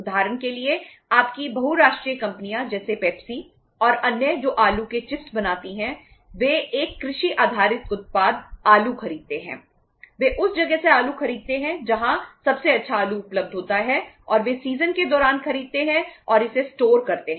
उदाहरण के लिए आपकी बहुराष्ट्रीय कंपनियां जैसे पेप्सी के बारे में बात करते हैं